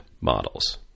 models